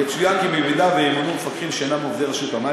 יצוין כי אם ימונו מפקחים שאינם עובדי רשות המים,